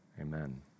amen